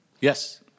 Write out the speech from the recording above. yes